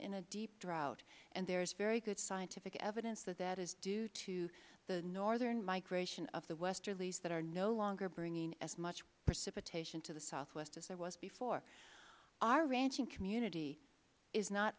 in a deep drought and there is very good scientific evidence that that is due to the northern migration of the westerlies that are no longer bringing as much precipitation to the southwest as there was before our ranching community is not